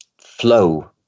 flow